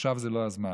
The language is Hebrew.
עכשיו זה לא הזמן.